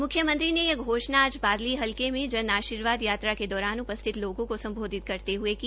म्ख्यमंत्री ने यह घोषणा आज बादली हलके में जन आर्शीवाद यात्रा के दौरान उपस्थित लोगों को संबोधित करते हुए की